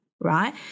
right